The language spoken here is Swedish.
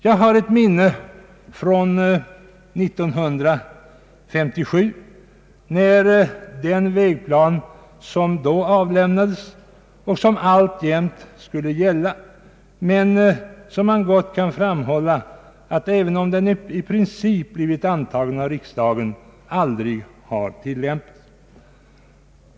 Jag har ett minne från 1957, när den vägplan avlämnades som alltjämt skail gälla, men om vilken man gott kan framhålla att den, även om den i princip har blivit antagen av riksdagen, aldrig har tillämpats.